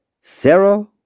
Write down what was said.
Sarah